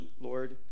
Lord